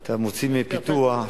אתה מוציא מפיתוח,